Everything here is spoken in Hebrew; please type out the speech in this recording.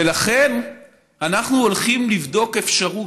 ולכן אנחנו הולכים לבדוק אפשרות,